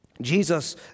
Jesus